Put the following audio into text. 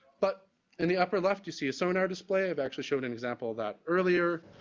but in the upper left you see a sonar display. i've actually shown an example of that earlier.